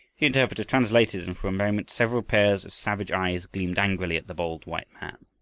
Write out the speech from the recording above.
the interpreter translated and for a moment several pairs of savage eyes gleamed angrily at the bold white man.